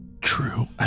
True